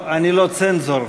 אני לא צנזור.